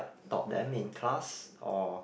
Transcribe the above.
taught them in class or